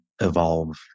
evolve